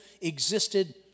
existed